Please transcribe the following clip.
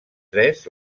tres